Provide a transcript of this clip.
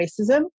Racism